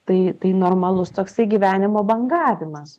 tai tai normalus toksai gyvenimo bangavimas